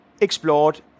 explored